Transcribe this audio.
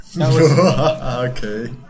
Okay